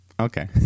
Okay